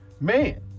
man